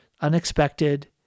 unexpected